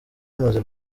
hamaze